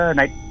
night